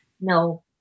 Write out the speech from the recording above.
No